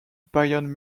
bayern